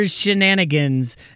shenanigans